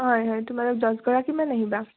হয় হয় তোমালোক দছগৰাকীমান আহিবা